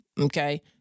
okay